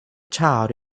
child